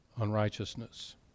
unrighteousness